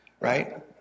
right